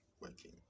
working